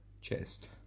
Chest